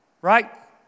right